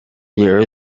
year